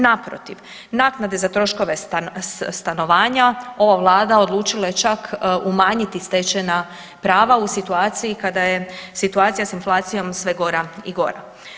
Naprotiv, naknade za troškove stanovanja, ova Vlada odlučila je čak umanjiti stečena prava u situaciji kada je situacija s inflacijom sve gora i gora.